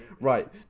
Right